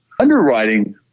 Underwriting